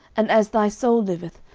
and as thy soul liveth,